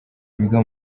biga